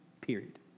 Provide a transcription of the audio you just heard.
period